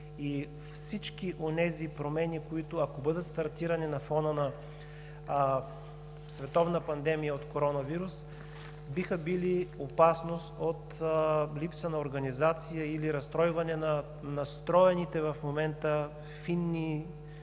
Всички онези промени, които, ако бъдат стартирани на фона на световна пандемия от коронавирус, биха създали опасност от липса на организация или разстройване на настроените в момента фини отношения